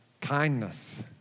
kindness